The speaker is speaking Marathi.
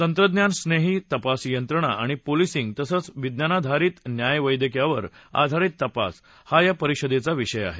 तंत्रज्ञान स्नेही तपास यंत्रणा आणि पोलिसिंग तसंच विज्ञानाधरित न्यायवैदयकावर आधारित तपास हा या परिषदेचा विषय आहे